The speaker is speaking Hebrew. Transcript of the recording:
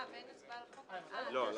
אין הצעה מספר 4 של המחנה הציוני ומרצ לא נתקבלה.